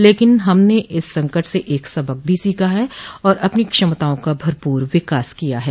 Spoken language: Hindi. लेकिन हमने इस संकट से एक सबक भी सीखा है और अपनी क्षमताओं का भरपूर विकास किया है